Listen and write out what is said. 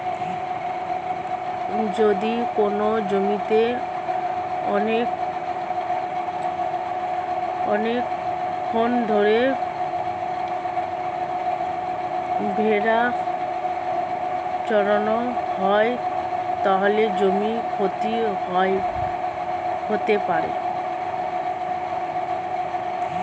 যদি কোনো জমিতে অনেকক্ষণ ধরে ভেড়া চড়ানো হয়, তাহলে জমির ক্ষতি হতে পারে